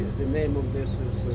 the name of this is